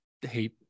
hate